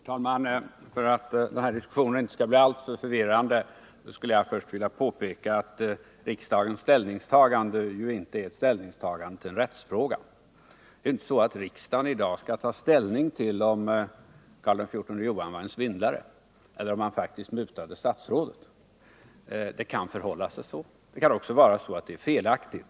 Herr talman! För att den här diskussionen inte skall bli alltför förvirrande skulle jag först vilja påpeka att riksdagens ställningstagande ju inte är något ställningstagande till själva rättsfrågan. Det är inte så att riksdagen i dag skall ta ställning till om Karl XIV Johan var en svindlare och om han faktiskt mutade statsrådet. Det kan förhålla sig så, men det kan också vara felaktigt.